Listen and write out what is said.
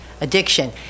addiction